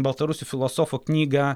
baltarusių filosofo knygą